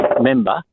member